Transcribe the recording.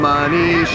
Money